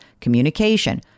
communication